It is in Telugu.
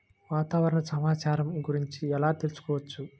వాతావరణ సమాచారం గురించి ఎలా తెలుసుకోవచ్చు?